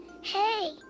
Hey